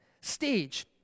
stage